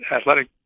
Athletic